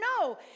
No